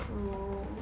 oh